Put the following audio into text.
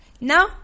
Now